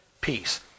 peace